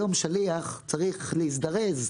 היום שליח צריך להזדרז,